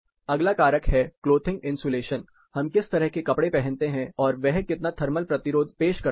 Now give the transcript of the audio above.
अगला कारक है क्लोथिंग इंसुलेशन हम किस तरह के कपड़े पहनते हैं और वह कितना थर्मल प्रतिरोध पेश करते हैं